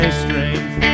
strength